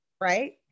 right